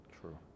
True